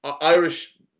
irish